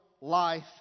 life